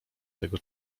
tego